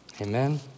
Amen